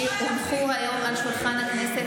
כי הונחו היום על שולחן הכנסת,